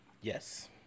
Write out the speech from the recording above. Yes